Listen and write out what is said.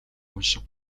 унших